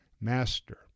Master